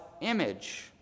image